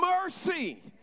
mercy